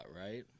right